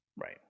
Right